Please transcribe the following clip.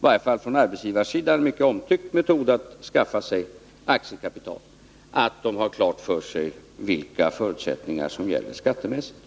varje fall från arbetsgivarsidan en mycket omtyckt metod att skaffa sig aktiekapital — skall ha klart för sig vilka förutsättningar som gäller skattemässigt.